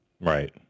Right